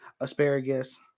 asparagus